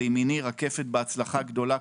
הצלחה גדולה.